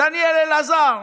דניאל אלעזר,